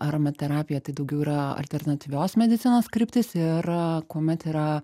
aromaterapija tai daugiau yra alternatyvios medicinos kryptis ir kuomet yra